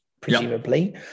presumably